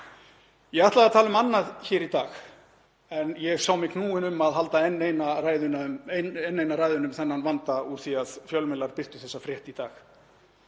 Ég ætlaði að tala um annað hér í dag en ég sá mig knúinn til að halda enn eina ræðuna um þennan vanda úr því að fjölmiðlar birtu þessa frétt í dag.